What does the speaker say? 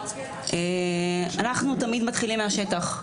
אנחנו תמיד מתחילים מהשטח.